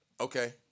Okay